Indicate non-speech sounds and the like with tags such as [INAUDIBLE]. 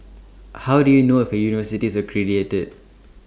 how do you know if A university is [UNINTELLIGIBLE]